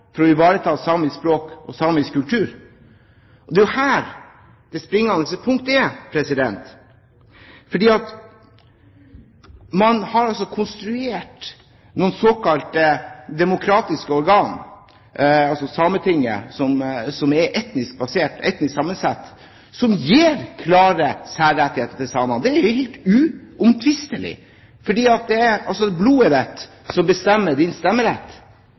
for å ivareta samisk språk og samisk kultur. Det er jo det som er det springende punktet. Man har altså konstruert noen såkalte demokratiske organ, som Sametinget, som er etnisk basert, etnisk sammensatt, og som gir klare særrettigheter til samene. Det er helt uomtvistelig. Det er altså blodet ditt som bestemmer din stemmerett.